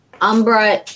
Umbra